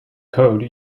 code